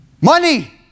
Money